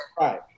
Right